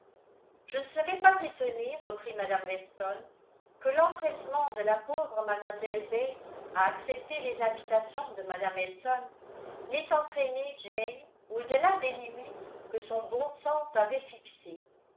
je ne serais pas étonnée reprit mme weston que l'empressement de la pauvre mlle bates à accepter les invitations de mme elton n'ait entraîné jane au delà des limites que son bon sens avait fixées